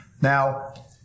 Now